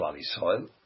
soil